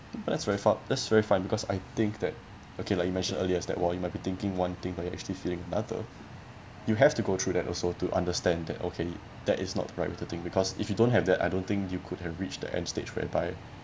that's very fa~ that's very fine because I think that okay like you mentioned earlier that while you might be thinking one thing but you're actually feeling another you have to go through that also to understand that okay that is not right with the thing because if you don't have that I don't think you could have reached the end stage whereby